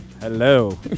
Hello